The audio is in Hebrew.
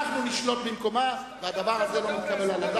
אנחנו נשלוט במקומה.